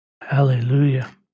Hallelujah